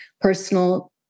personal